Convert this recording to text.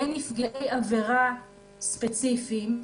לנפגעי עבירה ספציפיים.